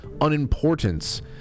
unimportance